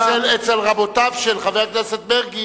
אצל רבותיו של חבר הכנסת מרגי,